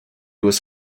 was